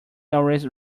always